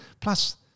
plus